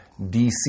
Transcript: dc